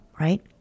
right